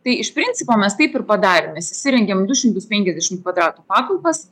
tai iš principo mes taip ir padarėm mes įsirengėm du šimtus penkiasdešimt kvadratų patalpas